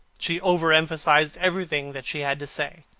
she overemphasized everything that she had to say.